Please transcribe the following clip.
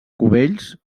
cubells